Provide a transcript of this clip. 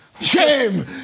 Shame